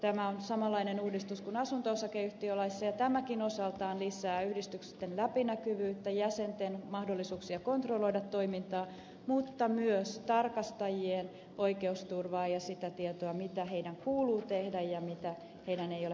tämä on samanlainen uudistus kuin asunto osakeyhtiölaissa ja tämäkin osaltaan lisää yhdistysten läpinäkyvyyttä jäsenten mahdollisuuksia kontrolloida toimintaa mutta myös tarkastajien oikeusturvaa ja sitä tietoa mitä heidän kuuluu tehdä ja mitä heidän ei ole pakko tehdä